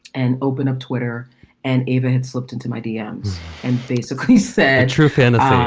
and open up twitter and even had slipped into my deanne's and basically said true fantasy.